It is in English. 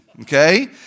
okay